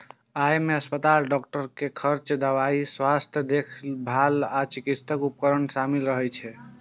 अय मे अस्पताल, डॉक्टर के खर्च, दवाइ, स्वास्थ्य देखभाल आ चिकित्सा उपकरण शामिल रहै छै